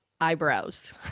eyebrows